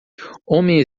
homem